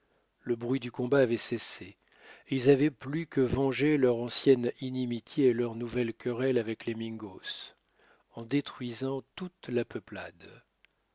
le bruit du combat avait cessé et ils avaient plus que vengé leur ancienne inimitié et leur nouvelle querelle avec les mingos en détruisant toute la peuplade